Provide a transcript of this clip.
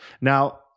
Now